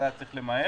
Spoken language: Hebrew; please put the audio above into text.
שנית,